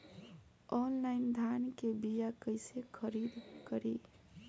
Online धान के बीया कइसे खरीद करी?